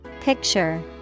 Picture